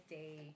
day